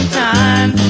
time